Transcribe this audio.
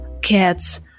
cats